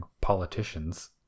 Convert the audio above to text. politicians